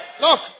Look